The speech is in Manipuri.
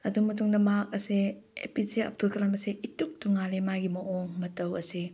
ꯑꯗꯨ ꯃꯇꯨꯡꯗ ꯃꯍꯥꯛ ꯑꯁꯦ A P J Abdul Kalam ꯑꯁꯦ ꯏꯇꯣꯡ ꯇꯣꯡꯉꯥꯜꯂꯦ ꯃꯥꯒꯤ ꯃꯑꯣꯡ ꯃꯇꯧ ꯑꯁꯤ